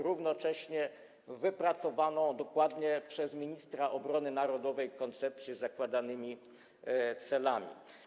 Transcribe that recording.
Równocześnie wypracowano, dokładnie zrobił to minister obrony narodowej, koncepcję z zakładanymi celami.